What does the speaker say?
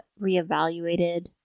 reevaluated